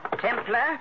Templar